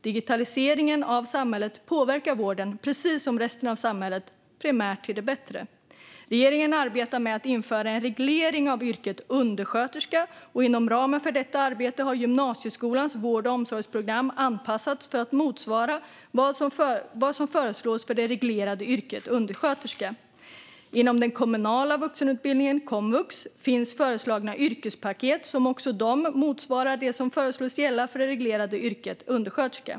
Digitaliseringen av samhället påverkar vården precis som resten av samhället, primärt till det bättre. Regeringen arbetar med att införa en reglering av yrket undersköterska, och inom ramen för detta arbete har gymnasieskolans vård och omsorgsprogram anpassats för att motsvara vad som föreslås för det reglerade yrket undersköterska. Inom den kommunala vuxenutbildningen, komvux, finns föreslagna yrkespaket som också de motsvarar det som föreslås gälla för det reglerade yrket undersköterska.